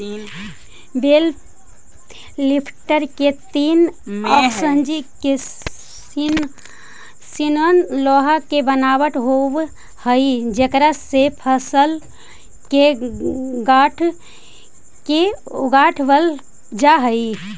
बेल lifter में तीन ओंकसी निअन लोहा के बनावट होवऽ हई जेकरा से फसल के गाँठ के उठावल जा हई